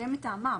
זה מטעמם.